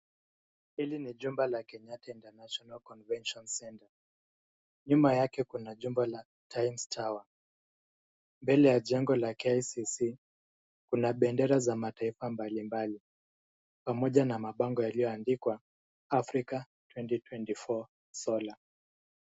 Hili ni jumba la Kenyatta International Convention Centre. Nyuma yake kuna jumba la Times Tower. Mbele ya jengo la KICC, kuna bendera za mataifa mbalimbali pamoja na mabango yaliyoandikwa Afrika 2024 solar .